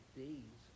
days